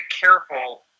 careful